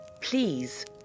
Please